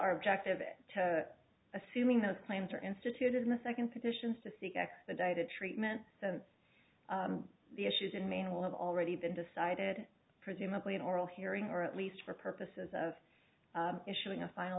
our objective is to assuming those plans are instituted in the second petitions to seek expedited treatment since the issues in maine will have already been decided presumably an oral hearing or at least for purposes of issuing a final